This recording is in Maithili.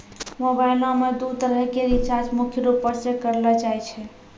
मोबाइलो मे दू तरह के रीचार्ज मुख्य रूपो से करलो जाय छै